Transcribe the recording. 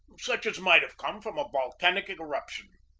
such as might have come from a volcanic eruption.